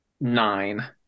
Nine